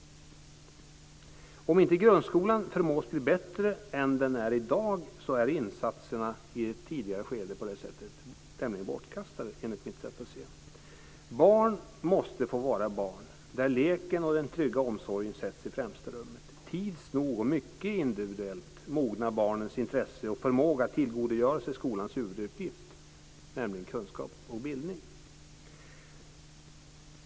Om inte grundskolan förmås blir bättre än den är i dag är sådana insatser i ett tidigare skede tämligen bortkastade enligt mitt sätt att se. Barn måste få vara barn, där leken och den trygga omsorgen sätts i främsta rummet. Tids nog och mycket individuellt mognar barnens intresse och förmåga att tillgodogöra sig det som är skolans huvuduppgift att tillhandahålla, nämligen kunskap och bildning.